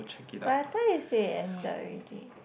by the time you say it ended already